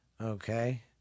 Okay